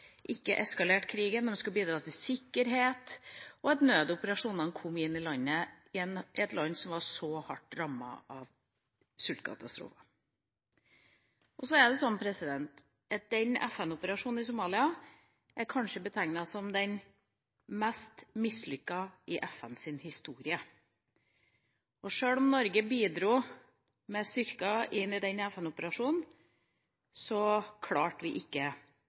ikke eskalerte krigen, de skulle bidra til sikkerhet og til at nødoperasjonene kom inn i landet – et land som var hardt rammet av sultkatastrofen. Så er det sånn at denne FN-operasjonen i Somalia er betegnet som kanskje den mest mislykkede i FNs historie, og sjøl om Norge bidro med styrker inn i den FN-operasjonen, klarte vi ikke